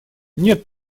нет